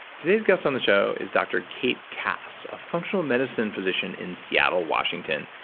today's guest on the show is dr. kate kass, a functional medicine physician in seattle washington,